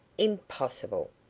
impossible!